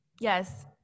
Yes